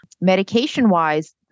Medication-wise